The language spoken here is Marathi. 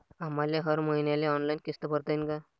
आम्हाले हर मईन्याले ऑनलाईन किस्त भरता येईन का?